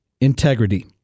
integrity